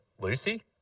Lucy